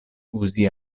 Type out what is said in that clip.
uzi